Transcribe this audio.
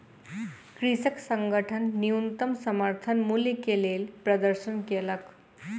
कृषक संगठन न्यूनतम समर्थन मूल्य के लेल प्रदर्शन केलक